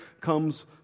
comes